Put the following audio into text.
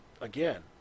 again